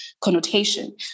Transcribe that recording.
connotation